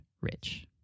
rich